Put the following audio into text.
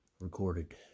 Recorded